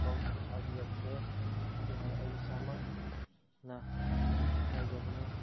ꯊꯧꯋꯥꯁꯨ ꯁꯥꯕꯤꯂꯛꯇ꯭ꯔꯦ ꯑꯗꯨꯅ ꯑꯩ ꯏꯁꯥꯃꯛꯅ ꯍꯥꯏꯖꯕꯅꯦ